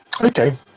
Okay